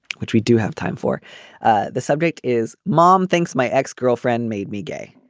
which we do have time for ah the subject is mom thinks my ex-girlfriend made me gay